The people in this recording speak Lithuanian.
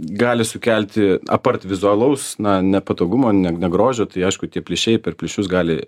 gali sukelti apart vizualaus na nepatogumo ne ne grožio tai aišku tie plyšiai per plyšius gali